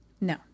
No